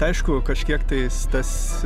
aišku kažkiek tais tas